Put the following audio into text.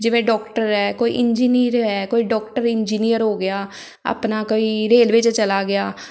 ਜਿਵੇਂ ਡਾਕਟਰ ਹੈ ਕੋਈ ਇੰਜੀਨੀਅਰ ਹੈ ਕੋਈ ਡਾਕਟਰ ਇੰਜੀਨੀਅਰ ਹੋ ਗਿਆ ਆਪਣਾ ਕੋਈ ਰੇਲਵੇ 'ਚ ਚਲਾ ਗਿਆ